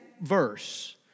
verse